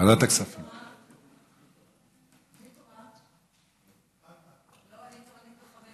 ההצעה להעביר את הנושא לוועדת הכספים נתקבלה.